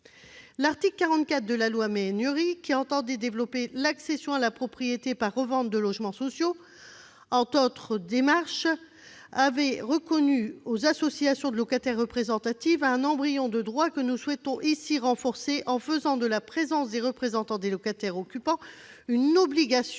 L'article 44 de la loi Méhaignerie, qui entendait développer l'accession à la propriété par la revente de logements sociaux, entre autres démarches, avait reconnu aux associations de locataires représentatives un embryon de droits, que nous souhaitons ici renforcer, en faisant de la présence aux assemblées générales des représentants des locataires occupants une obligation.